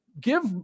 give